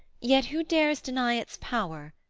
yet who dares deny its power,